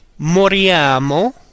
moriamo